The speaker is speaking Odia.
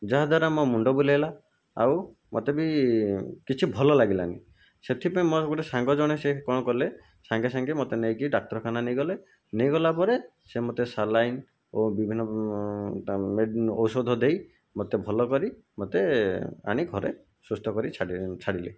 ଯାହା ଦ୍ୱାରା ମୋ ମୁଣ୍ଡ ବୁଲାଇଲା ଆଉ ମୋତେ ବି କିଛି ଭଲ ଲାଗିଲାନି ସେଥିପାଇଁ ମୋର ଗୋଟିଏ ସାଙ୍ଗ ଜଣେ ସିଏ କଣ କଲେ ସାଙ୍ଗେ ସାଙ୍ଗେ ମୋତେ ନେଇକି ଡାକ୍ତରଖାନା ନେଇଗଲେ ନେଇଗଲା ପରେ ସିଏ ମୋତେ ସାଲାଇନ୍ ଓ ବିଭିନ୍ନ ଔଷଧ ଦେଇ ମୋତେ ଭଲ କରି ମୋତେ ଆଣି ଘରେ ସୁସ୍ଥ କରି ଛାଡ଼ିଛାଡ଼ିଲେ